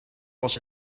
was